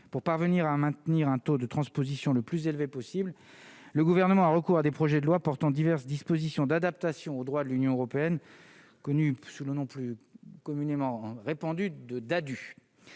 pour parvenir à maintenir un taux de transposition, le plus élevé possible, le gouvernement a recours à des projets de loi portant diverses dispositions d'adaptation au droit de l'Union européenne, connu sous le nom plus communément répandue de Dadu